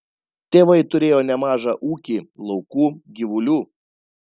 tėvai turėjo nemažą ūkį laukų gyvulių